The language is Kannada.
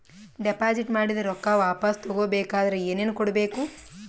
ಡೆಪಾಜಿಟ್ ಮಾಡಿದ ರೊಕ್ಕ ವಾಪಸ್ ತಗೊಬೇಕಾದ್ರ ಏನೇನು ಕೊಡಬೇಕು?